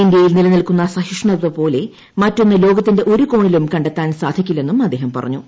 ഇന്ത്യയിൽ നിലനിൽക്കുന്ന സഹിഷ്ണുത പോലെ മറ്റൊന്ന് ലോകത്തിന്റെ ഒരു കോണിലും കണ്ടെത്താൻ സാധിക്കില്ലെന്നും അദ്ദേഹം പറഞ്ഞു